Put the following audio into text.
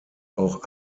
auch